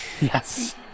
Yes